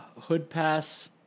hoodpass